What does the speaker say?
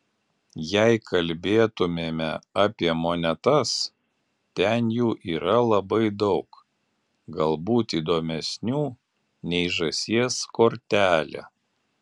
jei kalbėtumėme apie monetas ten jų yra labai daug galbūt įdomesnių nei žąsies kortelė